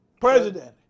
president